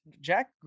Jack